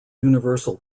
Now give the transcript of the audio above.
universal